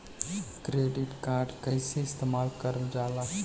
Credit card कईसे इस्तेमाल करल जाला?